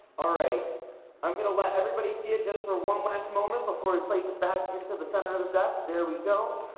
all right i'm gonna let everybody see it just for one last moment before we place it back into the center of the depth there we go.